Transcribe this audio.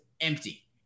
empty